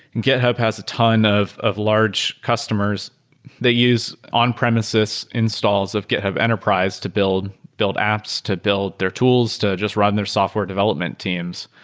and github has a ton of of large customers that use on-premises installs of github enterprise to build build apps to build their tools to just run their software development teams.